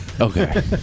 okay